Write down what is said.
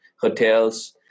hotels